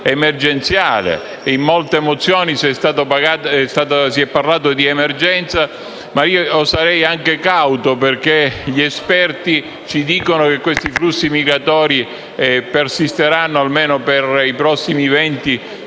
emergenziale. In molte mozioni si è parlato di emergenza, ma io sarei cauto nell'utilizzo dei termini perché gli esperti ci dicono che questi flussi migratori persisteranno almeno per i prossimi venti